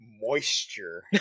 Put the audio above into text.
moisture